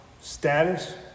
status